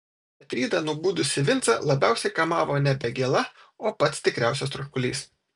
bet rytą nubudusį vincą labiausiai kamavo nebe gėla o pats tikriausias troškulys